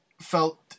felt